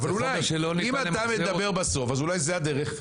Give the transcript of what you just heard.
אם אתה מדבר בסוף, אז אולי זו הדרך?